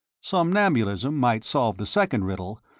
somnambulism might solve the second riddle,